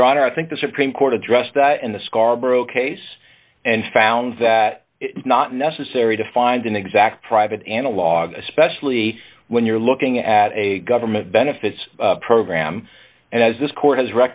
well your honor i think the supreme court addressed that in the scarborough case and found that it's not necessary to find an exact private analogue especially when you're looking at a government benefits program and as this court